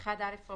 דיווח